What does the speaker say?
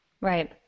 Right